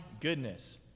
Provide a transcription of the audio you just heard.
goodness